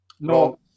no